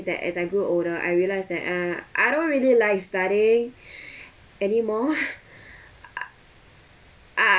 that as I grew older I realised that ah I don't really like studying anymore I